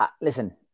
Listen